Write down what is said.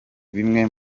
bimwe